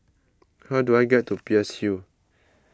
how do I get to Peirce Hill